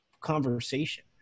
conversation